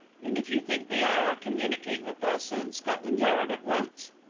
and if you think they are communicate with us and scotland yard at once.